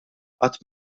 qatt